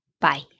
Bye